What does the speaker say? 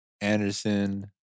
Anderson